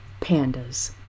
Pandas